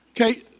Okay